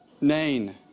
Nain